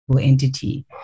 entity